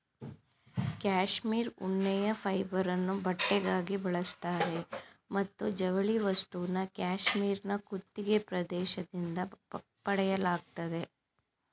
cashmere ಉಣ್ಣೆಯ ಫೈಬರನ್ನು ಬಟ್ಟೆಗಾಗಿ ಬಳಸ್ತಾರೆ ಮತ್ತು ಜವಳಿ ವಸ್ತುನ ಕ್ಯಾಶ್ಮೀರ್ನ ಕುತ್ತಿಗೆ ಪ್ರದೇಶದಿಂದ ಪಡೆಯಲಾಗ್ತದೆ